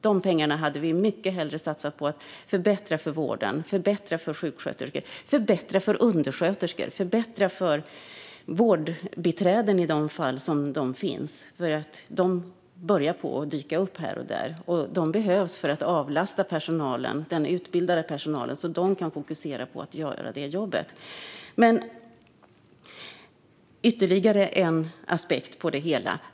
De pengarna hade vi hellre satsat på att förbättra vården och förbättra för sjuksköterskor, undersköterskor och vårdbiträden - i de fall de finns, de börjar att dyka upp här och där. De behövs för att avlasta den utbildade personalen så att de kan fokusera på jobbet. Det finns ytterligare en aspekt.